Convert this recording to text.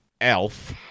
ELF